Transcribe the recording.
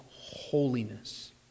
holiness